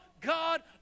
God